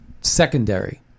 secondary